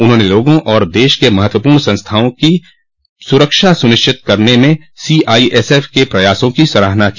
उन्होंने लोगों और देश के महत्वपूर्ण संस्थानों की सुरक्षा सुनिश्चित करने में सीआईएसएफ के प्रयासों की सराहना की